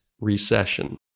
recession